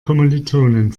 kommilitonin